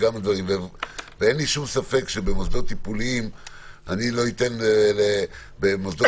אין לי ספק שבמוסדות טיפוליים לא אתן במוסדות